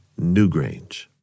Newgrange